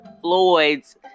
Floyd's